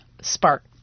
spark